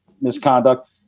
misconduct